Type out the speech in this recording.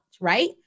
right